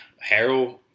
Harold